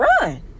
Run